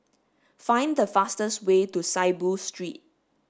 find the fastest way to Saiboo Street